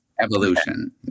Evolution